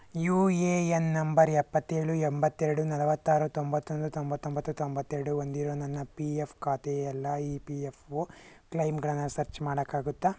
you A N number ಎಪ್ಪತ್ತೇಳು ಎಂಬತ್ತೆರಡು ನಲವತ್ತಾರು ತೊಂಬತ್ತೊಂದು ತೊಂಬತ್ತೊಂಬತ್ತು ತೊಂಬತ್ತೆರಡು ಹೊಂದಿರೊ ನನ್ನ ಪಿ ಎಫ್ ಖಾತೆಯಲ್ಲ ಇ ಪಿ ಎಫ್ಫು ಕ್ಲೈಮ್ಗಳನ್ನು ಸರ್ಚ್ ಮಾಡೋಕ್ಕಾಗತ್ತ